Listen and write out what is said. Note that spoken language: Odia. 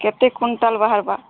କେତେ କୁଇଣ୍ଟାଲ୍ ବାହାରବା